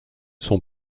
son